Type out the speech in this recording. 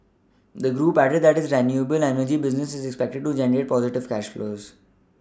the group added that its renewable energy business is expected to generate positive cash flows